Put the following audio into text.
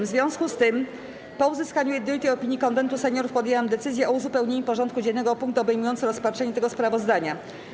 W związku z tym, po uzyskaniu jednolitej opinii Konwentu Seniorów, podjęłam decyzję o uzupełnieniu porządku dziennego o punkt obejmujący rozpatrzenie tego sprawozdania.